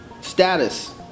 status